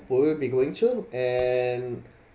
would we be going to and